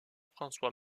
françois